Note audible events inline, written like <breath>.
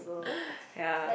<breath> ya